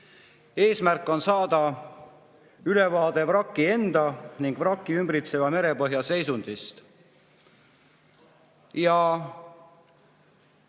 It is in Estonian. Eesmärk on saada ülevaade vraki enda ning vrakki ümbritseva merepõhja seisundist.